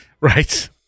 Right